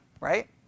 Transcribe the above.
right